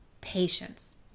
patience